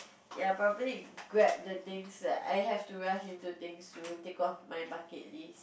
ya probably grab the things that I have to rush into things to tick of my bucket list